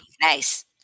nice